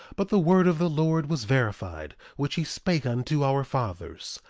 but the word of the lord was verified, which he spake unto our fathers,